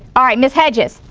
all right ms. hedges.